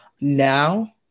now